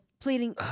pleading